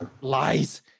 lies